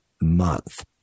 month